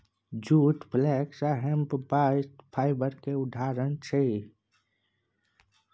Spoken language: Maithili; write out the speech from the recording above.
जुट, फ्लेक्स आ हेम्प बास्ट फाइबर केर उदाहरण छै